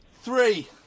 Three